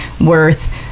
worth